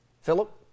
Philip